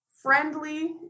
friendly